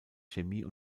chemie